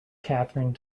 catherine